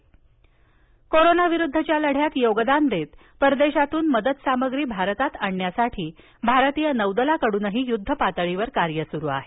Trikand corona विरुद्धच्या लढ्यात योगदान देत परदेशातून मदत सामग्री भारतात आणण्यासाठी भारतीय नौदलाकडून युद्धपातळीवर कार्य सुरु आहे